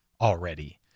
already